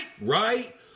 Right